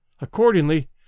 Accordingly